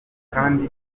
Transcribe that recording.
kandi